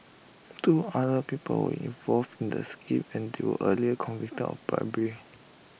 two other people involved in the scheme and do earlier convicted of bribery